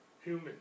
human